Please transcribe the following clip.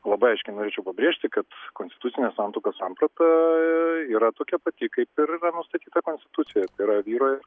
labai aiškiai norėčiau pabrėžti kad konstitucinė santuokos samprata yra tokia pati kaip ir yra nustatyta konstitucijoj tai yra vyro ir